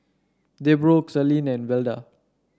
Debroah Celine and Velda